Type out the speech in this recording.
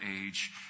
age